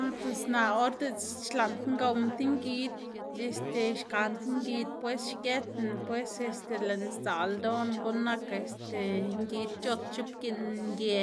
ah pues naꞌ or diꞌltse xlaꞌndná gowná ti ngid este xkaná ti ngid pues, xgëtná pues, este lëꞌná sdzaꞌl ldoná guꞌn nak este ngid c̲h̲ots x̱ubgiꞌn ngë,